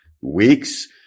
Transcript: weeks